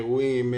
אירועים,